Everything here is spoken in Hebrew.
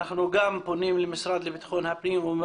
אנחנו גם פונים למשרד לביטחון הפנים וגם למשרד המשפטים הפרקליטות,